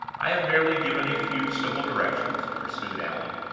i have merely given a few simple directions, pursued allan.